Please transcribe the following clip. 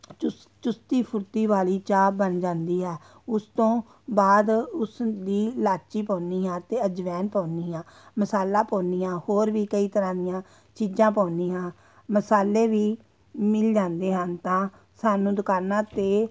ਚੁ ਚੁਸਤੀ ਫੁਰਤੀ ਵਾਲੀ ਚਾਹ ਬਣ ਜਾਂਦੀ ਆ ਉਸ ਤੋਂ ਬਾਅਦ ਉਸ ਦੀ ਇਲਾਚੀ ਪਾਉਂਦੀ ਹਾਂ ਅਤੇ ਅਜਵਾਇਣ ਪਾਉਂਦੀ ਹਾਂ ਮਸਾਲਾ ਪਾਉਂਦੀ ਹਾਂ ਹੋਰ ਵੀ ਕਈ ਤਰ੍ਹਾਂ ਦੀਆਂ ਚੀਜ਼ਾਂ ਪਾਉਂਦੀ ਹਾਂ ਮਸਾਲੇ ਵੀ ਮਿਲ ਜਾਂਦੇ ਹਨ ਤਾਂ ਸਾਨੂੰ ਦੁਕਾਨਾਂ 'ਤੇ